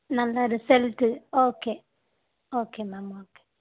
நல்ல result okay okay ma'am okay